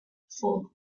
four